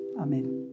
Amen